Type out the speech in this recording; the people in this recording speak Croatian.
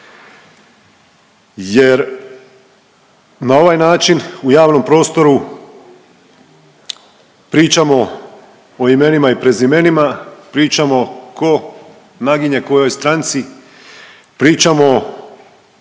jer na ovaj način u javnom prostoru pričamo o imenima i prezimenima, pričamo tko naginje kojoj stranci, pričamo o